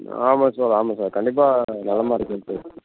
ஆமாம் சார் ஆமாம் சார் கண்டிப்பாக நல்ல மார்க்கு எடுத்து